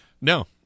No